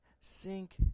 sink